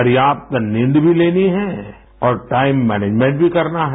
पर्योप्त नींद भी लेनी है और टाइम मैनेजमेंट मी करना है